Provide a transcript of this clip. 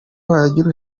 wagira